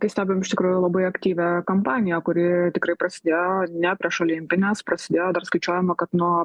tai stebim iš tikrųjų labai aktyvią kampaniją kuri tikrai prasidėjo ne prieš olimpines prasidėjo dar skaičiuojama kad nuo